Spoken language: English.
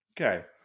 Okay